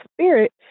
spirit